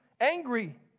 angry